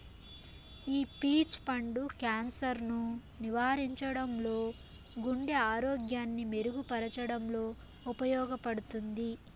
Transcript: ఈ పీచ్ పండు క్యాన్సర్ ను నివారించడంలో, గుండె ఆరోగ్యాన్ని మెరుగు పరచడంలో ఉపయోగపడుతుంది